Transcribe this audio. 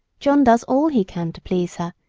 john does all he can to please her,